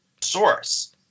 source